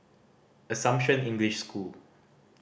Assumption English School